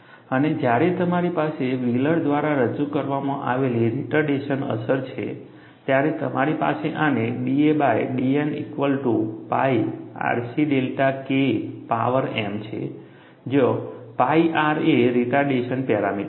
અને જ્યારે તમારી પાસે વ્હીલર દ્વારા રજૂ કરવામાં આવેલી રિટર્ડેશન અસર છે ત્યારે તમારી પાસે આને da by dN equal to phi RC delta K power m છે જ્યાં phi R એ રિટર્ડેશન પેરામીટર છે